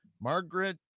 margaret